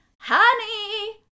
Honey